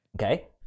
okay